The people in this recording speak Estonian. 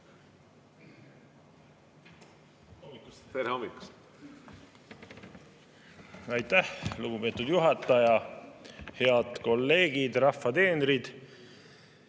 Aitäh, lugupeetud juhataja! Head kolleegid, rahva teenrid!